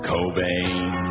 Cobain